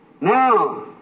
Now